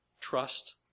Trust